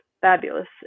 fabulous